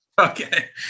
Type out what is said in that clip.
Okay